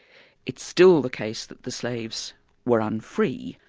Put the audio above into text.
it's still the case that the slaves were un-free,